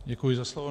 Děkuji za slovo.